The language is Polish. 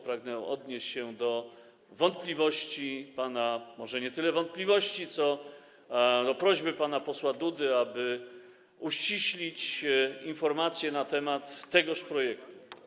Pragnę odnieść się do wątpliwości, może nie tyle wątpliwości, ile prośby pana posła Dudy, aby uściślić informację na temat tego projektu.